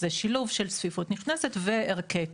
זה שילוב ש צפיפות נכנסת וערכי קרקע.